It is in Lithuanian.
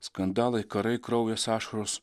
skandalai karai kraujas ašaros